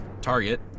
target